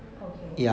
okay